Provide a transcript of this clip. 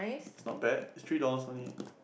is not bad is three dollars only eh